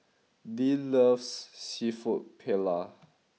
Dean loves Seafood Paella